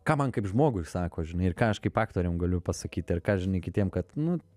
ką man kaip žmogui sako žinai ir ką aš kaip aktoriam galiu pasakyti ar ką žinai kitiem kad nu